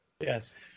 Yes